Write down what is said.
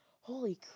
holy